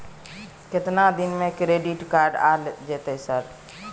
केतना दिन में क्रेडिट कार्ड आ जेतै सर?